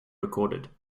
recorded